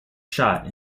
shot